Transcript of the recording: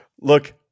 Look